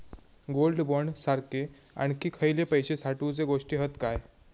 Gold bond सारखे आणखी खयले पैशे साठवूचे गोष्टी हत काय?